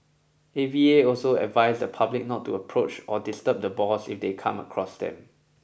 A V A also advised the public not to approach or disturb the boars if they come across them